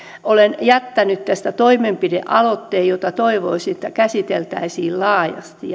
olen jättänyt tästä toimenpidealoitteen ja toivoisin että sitä käsiteltäisiin laajasti